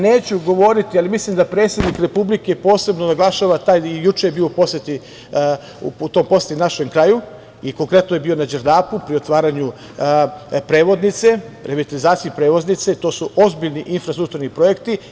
Neću govoriti, ali mislim da predsednik Republike posebno naglašava, juče je bio u poseti našem kraju i konkretno je bio na Đerdapu pri otvaranju prevodnice, revitalizaciji prevodnice, to su ozbiljni infrastrukturni projekti.